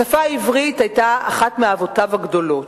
השפה העברית היתה אחת מאהבותיו הגדולות.